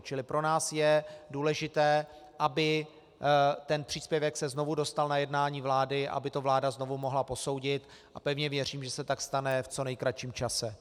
Čili pro nás je důležité, aby ten příspěvek se znovu dostal na jednání vlády, aby to vláda znovu mohla posoudit, a pevně věřím, že se tak stane v co nejkratším čase.